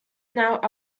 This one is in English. now